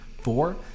Four